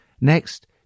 Next